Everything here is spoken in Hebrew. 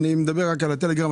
אני מדבר רק על הטלגרם.